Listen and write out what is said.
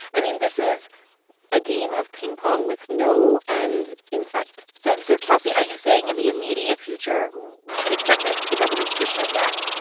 i mean, this is a game of ping-pong with no end in sight so, so kelsey, are you saying, in the immediate future, we should expect the government to just shut down?